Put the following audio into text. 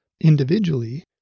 individually